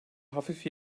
hafif